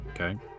Okay